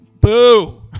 Boo